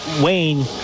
Wayne